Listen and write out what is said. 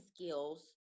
skills